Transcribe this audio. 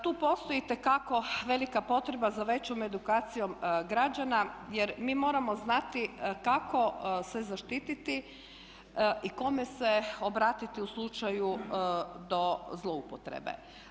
Tu postoji itekako velika potreba za većom edukacijom građana, jer mi moramo znati kako se zaštititi i kome se obratiti u slučaju zloupotrebe.